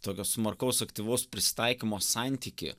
tokio smarkaus aktyvaus prisitaikymo santykį